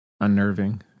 unnerving